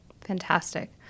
Fantastic